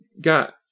got